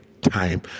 time